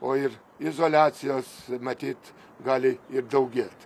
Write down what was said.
o ir izoliacijos matyt gali ir daugėti